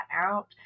out